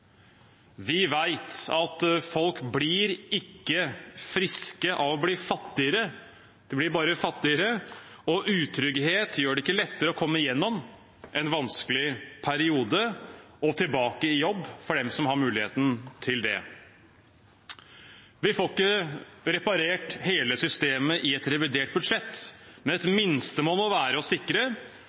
Vi vet at folk ikke blir friske av å bli fattigere – de blir bare fattigere – og utrygghet gjør det ikke lettere å komme seg gjennom en vanskelig periode og tilbake i jobb, for dem som har mulighet til det. Vi får ikke reparert hele systemet i et revidert budsjett, men et minstemål må være å sikre